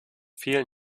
vielen